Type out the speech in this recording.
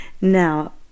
Now